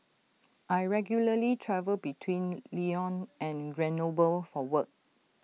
I regularly travel between Lyon and Grenoble for work